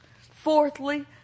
Fourthly